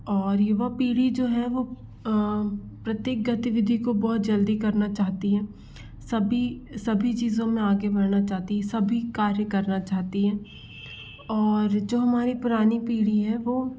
और युवा पीढ़ी जो है वो प्रत्येक गतिविधि को बहुत जल्दी करना चाहती है सभी सभी चीज़ों में आगे बढ़ना चाहती है सभी कार्य करना चाहती है और जो हमारी पुरानी पीढ़ी है वो